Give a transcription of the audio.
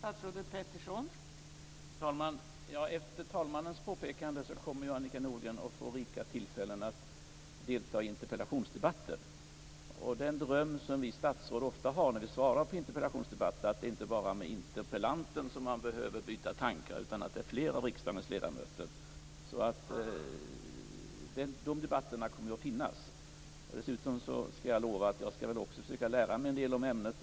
Fru talman! Enligt talmannens påpekande kommer Annika Nordgren att få rika tillfällen att delta i interpellationsdebatter. En dröm som vi statsråd ofta har är att det inte bara är interpellanten som man får tillfälle att utbyta tankar med utan att det är flera av riksdagens ledamöter som deltar. Dessa debatter kommer att föras. Jag lovar att jag skall försöka att lära mig en del av ämnet.